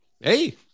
Hey